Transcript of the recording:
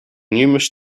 numerous